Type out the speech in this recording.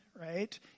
right